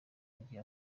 igihe